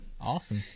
Awesome